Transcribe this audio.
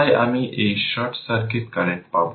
তাই আমি এই শর্ট সার্কিট কারেন্ট পাব